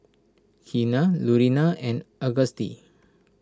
Keena Lurena and Auguste